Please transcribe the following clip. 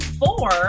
four